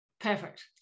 Perfect